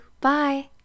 Bye